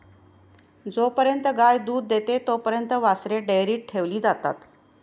जोपर्यंत गाय दूध देते तोपर्यंत वासरे डेअरीत ठेवली जातात